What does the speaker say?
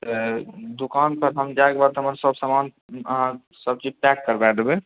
तऽ दोकान पर हम जाएके बाद तऽ हमर सब समान अहाँ सबचीज पैक करबा देबै